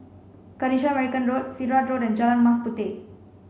Kanisha Marican Road Sirat Road and Jalan Mas Puteh